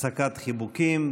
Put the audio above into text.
הפסקת חיבוקים,